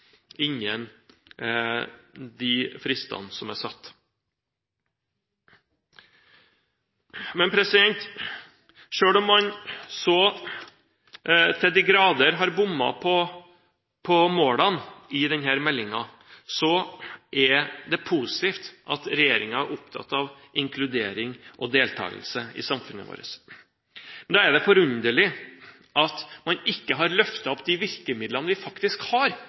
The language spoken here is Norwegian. de fristene som er satt. Selv om man til de grader har bommet på målene i denne meldingen, er det positivt at regjeringen er opptatt av inkludering og deltakelse i samfunnet vårt. Da er det forunderlig at man ikke har løftet opp de virkemidlene vi faktisk har,